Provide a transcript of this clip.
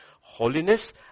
Holiness